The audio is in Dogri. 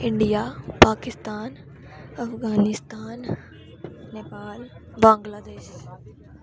इंडिया पाकिस्तान अफगानिस्तान नेपाल बंगलादेश